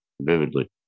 vividly